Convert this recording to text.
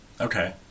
Okay